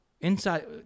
inside